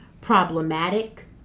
problematic